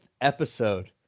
episode